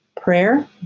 prayer